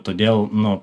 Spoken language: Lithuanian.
todėl nu